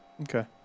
Okay